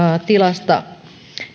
tilasta